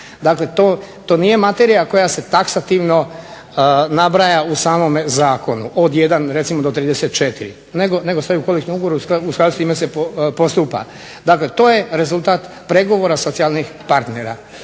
Dakle, to nije materija koja se taksativno nabraja u samom zakonu od 1 do 34 nego stoji u kolektivnom ugovoru i u skladu s time se postupa. Dakle, to je rezultat pregovora socijalnih partnera.